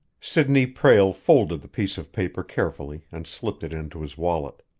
sidney prale folded the piece of paper carefully and slipped it into his wallet.